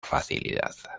facilidad